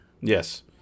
Yes